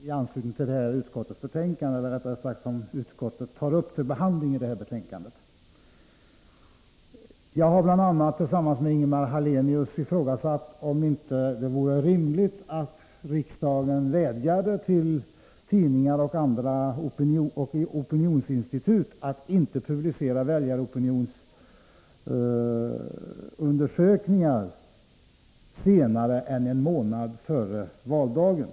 Herr talman! Bara några ord om två motioner som jag har väckt och som utskottet tar upp till behandling i det här betänkandet. Jag har bl.a. tillsammans med Ingemar Hallenius ifrågasatt om det inte vore rimligt att riksdagen vädjade till tidningar och opinionsinstitut att inte publicera väljaropinionsundersökningar senare än en månad före valdagen.